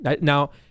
Now